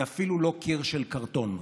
היא אפילו לא קיר של קרטון,